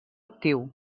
actiu